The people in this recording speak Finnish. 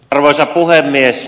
arvoisa puhemies